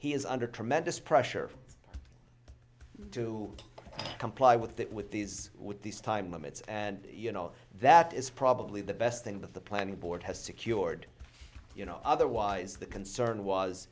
he is under tremendous pressure to comply with that with these with these time limits and you know that is probably the best thing that the planning board has secured otherwise the concern was